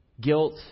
guilt